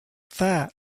that